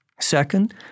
Second